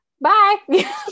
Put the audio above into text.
Bye